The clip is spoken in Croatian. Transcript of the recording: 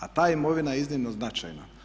A ta imovina je iznimno značajna.